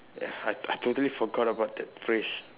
ya I I totally forgot about that phrase